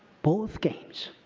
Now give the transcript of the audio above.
both games.